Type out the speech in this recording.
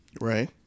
Right